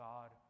God